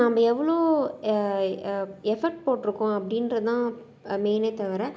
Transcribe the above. நம்ம எவ்வளோ எஃபெர்ட் போட்டிருக்கோம் அப்படின்ற தான் மெய்னே தவிர